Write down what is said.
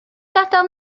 gadael